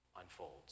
unfolds